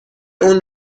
اون